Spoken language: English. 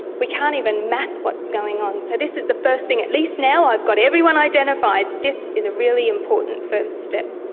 we can't even map what's going on. so this is the first thing. at least now i've got everyone identified, this is a really important first step.